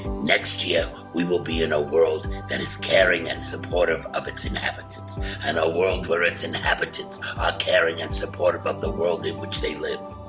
next year, we will be in a world that is caring and supportive of its inhabitants and a world where its inhabitants are caring and supportive of but the world in which they live.